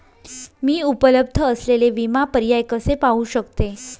मी उपलब्ध असलेले विमा पर्याय कसे पाहू शकते?